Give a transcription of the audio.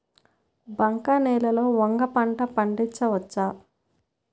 బంక నేలలో వంగ పంట పండించవచ్చా?